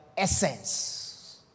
Essence